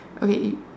okay wait